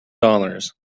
dollars